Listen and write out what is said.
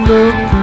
look